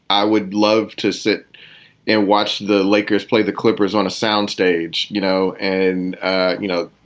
i would love to sit and watch the lakers play the clippers on a soundstage, you know. and you know.